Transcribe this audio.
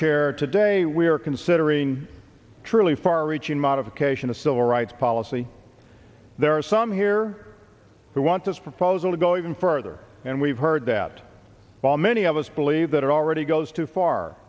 chair today we are considering truly far reaching modification of civil rights policy there are some here who want this proposal to go even further and we've heard that while many of us believe that it already goes too far